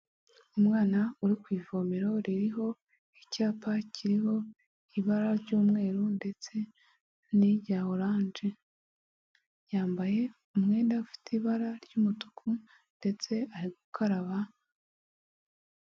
Umwana uri ku ivomero ririho icyapa kiriho ibara ry'umweru ndetse n'i rya oranje yambaye umwenda ufite ibara ry'umutuku ndetse ari gukaraba.